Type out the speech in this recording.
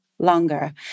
longer